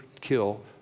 kill